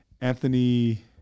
Anthony